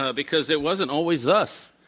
ah because it wasn't always thus.